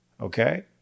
Okay